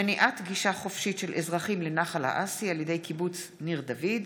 מניעת גישה חופשית של אזרחים לנחל האסי על ידי קיבוץ ניר דוד.